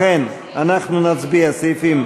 לכן נצביע על סעיפים,